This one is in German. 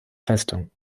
festung